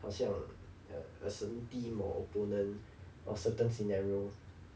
好像 err a certain team or opponent or certain scenario